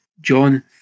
John